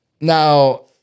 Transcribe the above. Now